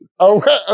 okay